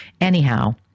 Anyhow